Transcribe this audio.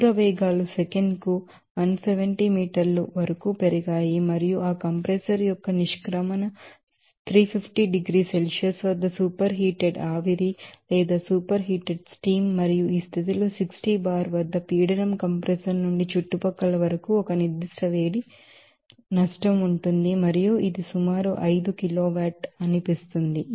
distance velocities సెకనుకు 170 మీటర్ల వరకు పెరిగాయి మరియు ఆ కంప్రెసర్ యొక్క ఎగ్జిట్ 350 డిగ్రీల సెల్సియస్ వద్ద సూపర్ హీటెడ్ ఆవిరి మరియు ఈ స్థితిలో 60 బార్ వద్ద ప్రెషర్ కంప్రెసర్ నుండి చుట్టుపక్కల వరకు ఒక నిర్దిష్ట వేడి నష్టం ఉంటుంది మరియు ఇది సుమారు 5 కిలోవాట్అనికనిపిస్తుంది